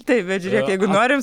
tai bet žiūrėk jeigu norim